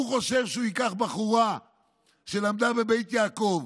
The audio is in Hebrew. הוא חושב שהוא ייקח בחורה שלמדה בבית יעקב,